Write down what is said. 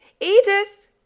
Edith